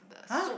!huh!